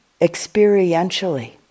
experientially